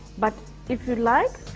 but if you like,